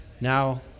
now